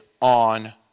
on